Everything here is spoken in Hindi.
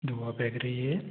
धुआँ फेंक रही है